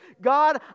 God